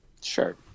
Sure